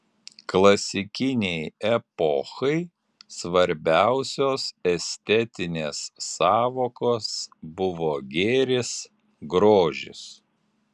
klasikinei epochai svarbiausios estetinės sąvokos buvo gėris grožis